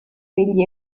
degli